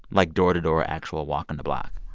like door-to-door, actual walk on the block?